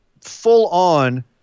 full-on